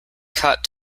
caught